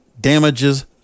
Damages